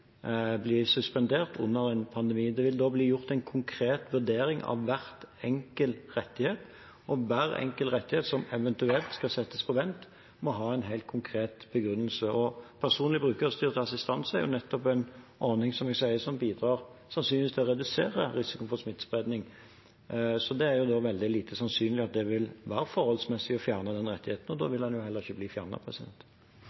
suspendert under en pandemi. Det vil da bli gjort en konkret vurdering av hver enkelt rettighet, og hver enkelt rettighet som eventuelt skal settes på vent, må ha en helt konkret begrunnelse. Personlig brukerstyrt assistanse er, som jeg sier, nettopp en ordning som sannsynligvis bidrar til å redusere risikoen for smittespredning, så det er veldig lite sannsynlig at det vil være forholdsmessig å fjerne den rettigheten, og da